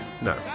No